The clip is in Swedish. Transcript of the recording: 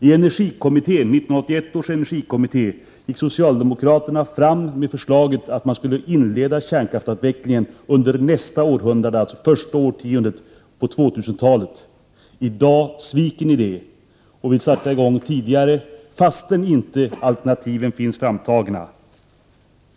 I 1981 års energikommitté gick socialdemokraterna fram med förslaget att man skulle inleda kärnkraftsavvecklingen under nästa århundrade, dvs. första årtiondet på 2000-talet. I dag sviker ni detta och vill sätta i gång tidigare fastän alternativen inte är framtagna.